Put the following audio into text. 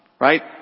Right